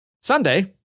Sunday